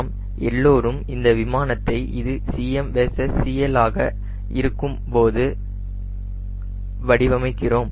நாம் எல்லோரும் இந்த விமானத்தை இது Cm வெர்சஸ் CL ஆக இருக்கும்போது வடிவமைக்கிறோம்